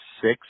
six